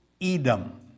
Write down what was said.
Edom